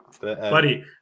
buddy